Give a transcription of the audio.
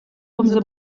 komzet